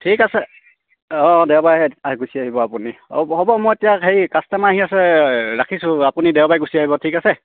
ঠিক আছে অঁ দেওবাৰে আহি গুচি আহিব আপুনি হ'ব হ'ব মই এতিয়া হেৰি কাষ্টমাৰ আহি আছে ৰাখিছোঁ আপুনি দেওবাৰে গুচি আহিব ঠিক আছে